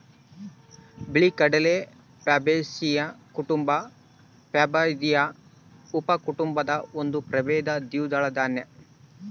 ಬಿಳಿಗಡಲೆ ಪ್ಯಾಬೇಸಿಯೀ ಕುಟುಂಬ ಪ್ಯಾಬಾಯ್ದಿಯಿ ಉಪಕುಟುಂಬದ ಒಂದು ಪ್ರಭೇದ ದ್ವಿದಳ ದಾನ್ಯ